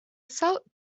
salt